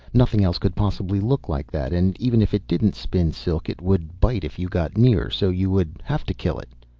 nothing else could possibly look like that. and even if it didn't spin silk, it would bite if you got near, so you would have to kill it.